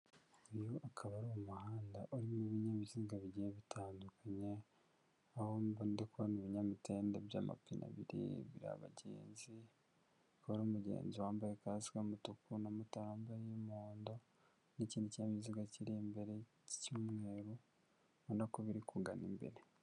Uyu akaba ari umuhanda urimo ibinyabiziga bigiye bitandukanye, aho mba ndikubona ibinyamitende by'amapine abiri biriho abagenzi, hakaba hari umugenzi wambaye kasike y'umutuku na motari wambaye iy'umuhondo, n'ikindi kinyabiziga kiri imbere cy'umweru ubona ko biri kugana imbere.